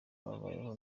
babayeho